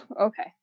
Okay